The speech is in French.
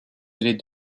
allait